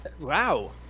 wow